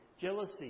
jealousy